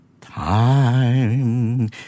time